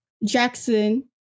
Jackson